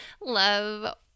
love